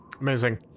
Amazing